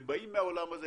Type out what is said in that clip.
הם באים מהעולם הזה,